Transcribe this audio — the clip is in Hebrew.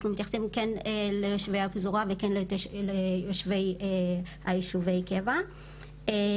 אנחנו מתייחסים כן ליושבי הפזורה וכן ליושבי יישובי הקבע- -- ג'רי,